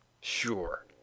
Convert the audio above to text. Sure